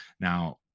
Now